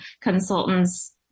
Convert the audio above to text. consultants